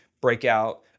breakout